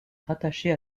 rattachée